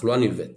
תחלואה נלווית